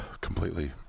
Completely